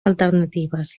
alternatives